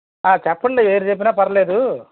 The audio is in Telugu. చెప్పండి ఏది చెప్పినా పర్లేదు